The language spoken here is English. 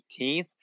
18th